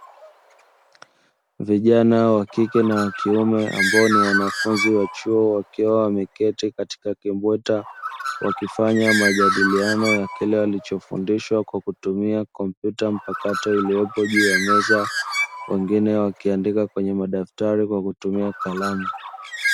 Vijana wakike na wakiume ambao ni wanafunzi wa chuo wakiwa wameketi katika kimbweta, wakifanya majadiliano ya kile walichofundishwa kwa kutumia kompyuta mpakato iliyopo juu ya meza. Wengine wakiandika kwenye madaftari kwa kutumia kalamu.